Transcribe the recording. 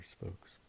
folks